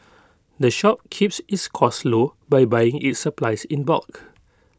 the shop keeps its costs low by buying its supplies in bulk